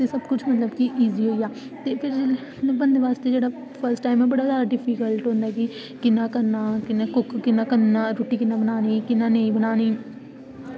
ते एह् सबकुछ मतलब की ईजी होई गेआ ते बनाने आस्तै फर्स्ट टाईम बड़ा जादै डिफिकल्ट होंदा कि किन्ना करना किन्ना कुक किन्ना करना रुट्टी कियां बनानी कियां नेईं बनानी